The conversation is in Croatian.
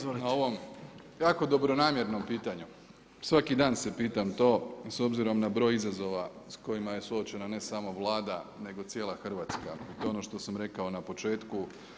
Hvala lijepa na ovom jako dobronamjernom pitanju, svaki dan se pitam to s obzirom na broj izazova s kojima je suočena ne samo Vlada nego i cijela Hrvatska i to je ono što sam rekao na početku.